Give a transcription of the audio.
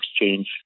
exchange